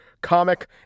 comic